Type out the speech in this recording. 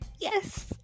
yes